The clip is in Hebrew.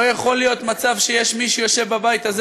לא יכול להיות מצב שיש מי שיושב בבית הזה